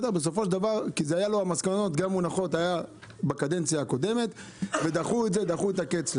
כי המסקנות היו מונחות גם בקדנציה הקודמת ודחו את זה ודחו את הקץ.